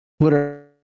Twitter